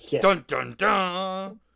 Dun-dun-dun